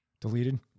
deleted